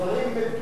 הדברים מדויקים,